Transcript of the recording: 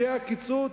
יהיה הקיצוץ?